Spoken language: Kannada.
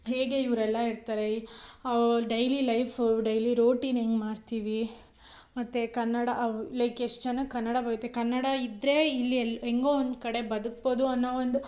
ಹೇಗೆ ಇವರೆಲ್ಲ ಇರ್ತಾರೆ ಅವ್ರ ಡೈಲಿ ಲೈಫು ಡೈಲಿ ರೂಟೀನ್ ಹೆಂಗೆ ಮಾಡ್ತೀವಿ ಮತ್ತು ಕನ್ನಡ ಲೈಕ್ ಎಷ್ಟು ಜನಕ್ಕೆ ಕನ್ನಡ ಬರುತ್ತೆ ಕನ್ನಡ ಇದ್ದರೆ ಇಲ್ಲಿ ಎಲ್ಲಿ ಹೆಂಗೋ ಒಂದು ಕಡೆ ಬದುಕ್ಬೌದು ಅನ್ನೋ ಒಂದು